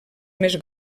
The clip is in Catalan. més